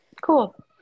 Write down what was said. Cool